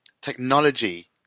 technology